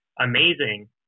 amazing